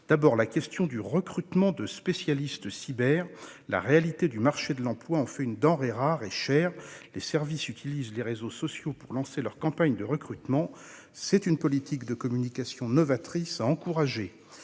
à la question du recrutement de spécialistes cyber. La réalité du marché de l'emploi en fait une denrée rare et chère. Les services utilisent les réseaux sociaux pour lancer leurs campagnes de recrutement. C'est une politique de communication novatrice à encourager.